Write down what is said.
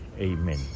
Amen